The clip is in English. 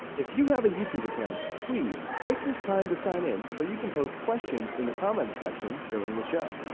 if you have a youtube account, please, take this time to sign in so you can post questions in the comments section during the show.